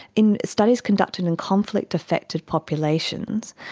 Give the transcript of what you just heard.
in studies conducted in conflict affected populations,